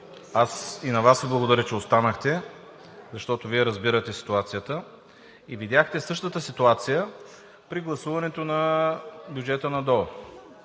аз и на Вас благодаря, че останахте, защото Вие разбирате ситуацията и видяхте същата ситуация при гласуването на бюджета на ДОО.